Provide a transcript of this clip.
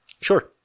Sure